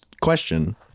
question